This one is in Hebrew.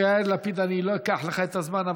אני לא אקח לך את הזמן,